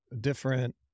different